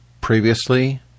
previously